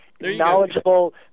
Knowledgeable